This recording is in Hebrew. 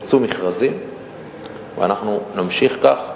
יצאו מכרזים ואנחנו נמשיך כך.